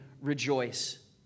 rejoice